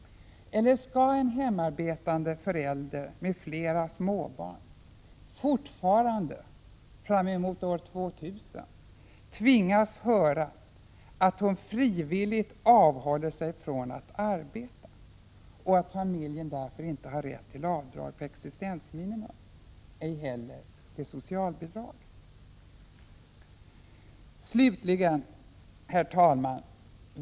Eller skall en hemarbetande förälder med flera småbarn fortfarande fram emot år 2000 tvingas höra att hon ”frivilligt avhåller sig från att arbeta” och att familjen därför inte har rätt till avdrag för existensminimum och ej heller till socialbidrag? Herr talman!